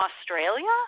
Australia